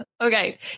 okay